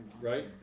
right